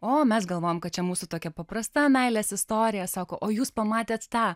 o mes galvojam kad čia mūsų tokia paprasta meilės istorija sako o jūs pamatėt tą